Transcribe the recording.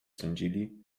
sądzili